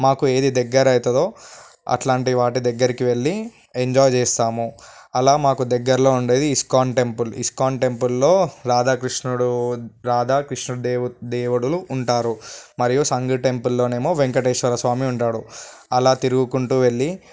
మాకు ఏది దగ్గర అవుతుందో అట్లాంటి వాటి దగ్గరికి వెళ్ళి ఎంజాయ్ చేస్తాము అలా మాకు దగ్గరలో ఉండేది ఇస్కాన్ టెంపుల్ ఇస్కాన్ టెంపుల్లో రాధాకృష్ణుడు రాధాకృష్ణుడు దేవు దేవుడులు ఉంటారు మరియు సంఘీ టెంపుల్లోనేమో వెంకటేశ్వర స్వామి ఉంటారు అలా తిరుగుకుంటూ వెళ్ళి